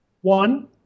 One